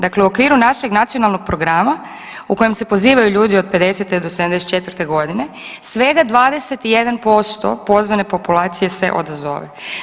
Dakle, u okviru našeg nacionalnog programa u kojem se pozivaju ljudi od 50 do 74 godine svega 21% pozvane populacije se odazove.